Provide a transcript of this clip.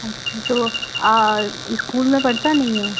अच्छा तो ईस्कूल में पढ़ता नहीं है